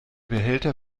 behälter